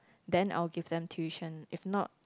then I will give them tuition if not